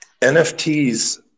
NFTs